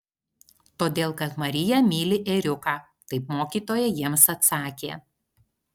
todėl kad marija myli ėriuką taip mokytoja jiems atsakė